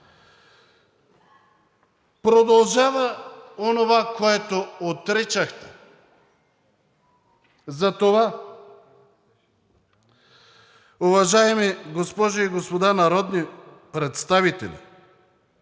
Продължава онова, което отричахте. Затова, уважаеми госпожи и господа народни представители,